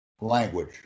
language